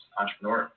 entrepreneur